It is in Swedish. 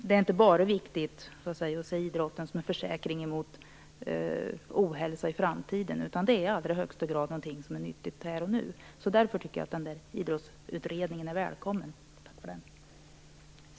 Det är viktigt att se idrotten inte bara som en försäkring mot ohälsa i framtiden, utan i allra högsta grad som någonting som är nyttigt här och nu. Därför är Idrottsutredningen välkommen.